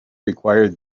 required